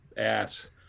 ass